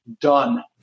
done